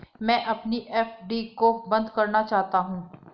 मैं अपनी एफ.डी को बंद करना चाहता हूँ